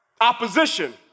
Opposition